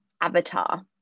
avatar